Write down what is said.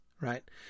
Right